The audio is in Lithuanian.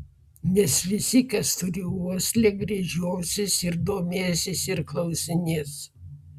nes visi kas turi uoslę gręžiosis ir domėsis ir klausinės